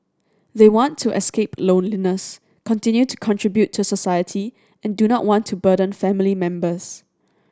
they want to escape loneliness continue to contribute to society and do not want to burden family members